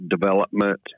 development